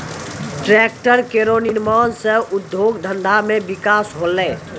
tractor केरो निर्माण सँ उद्योग धंधा मे बिकास होलै